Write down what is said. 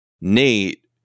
Nate